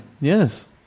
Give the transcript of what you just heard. Yes